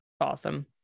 Awesome